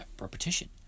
repetition